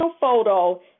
photo